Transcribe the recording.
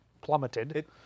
plummeted